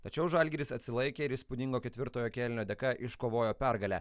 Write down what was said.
tačiau žalgiris atsilaikė ir įspūdingo ketvirtojo kėlinio dėka iškovojo pergalę